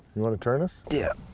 you want to turn us? yeah.